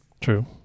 True